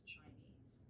Chinese